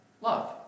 love